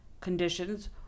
conditions